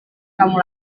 kamu